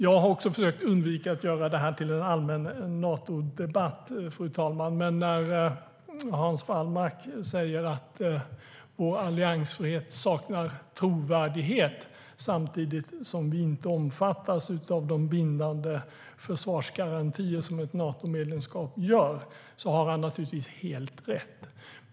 Jag har också försökt undvika att göra denna debatt till en allmän Natodebatt, fru talman. Men när Hans Wallmark säger att Sveriges alliansfrihet saknar trovärdighet, samtidigt som Sverige inte omfattas av de bindande försvarsgarantier som ett Natomedlemskap innebär, har han naturligtvis helt rätt.